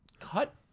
cut